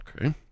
Okay